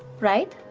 right?